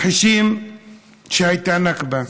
מכחישים שהייתה נכבה,